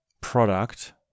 product